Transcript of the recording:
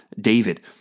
David